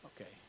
Okay